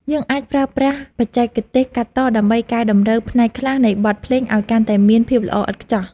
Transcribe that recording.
យើងអាចប្រើប្រាស់បច្ចេកទេសកាត់តដើម្បីកែតម្រូវផ្នែកខ្លះនៃបទភ្លេងឱ្យកាន់តែមានភាពល្អឥតខ្ចោះ។